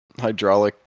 hydraulic